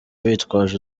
bitwaje